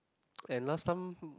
and last time